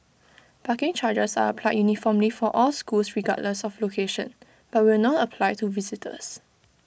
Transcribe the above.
parking charges are applied uniformly for all schools regardless of location but will not apply to visitors